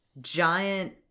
giant